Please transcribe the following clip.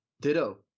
Ditto